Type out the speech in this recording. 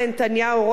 ראש הממשלה,